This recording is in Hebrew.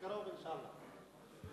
בקרוב, אינשאללה.